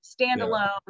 standalone